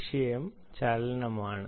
വിഷയം ചലനമാണ്